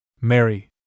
Mary